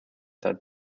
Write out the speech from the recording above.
that